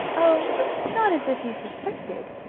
oh not as if you suspected.